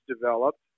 developed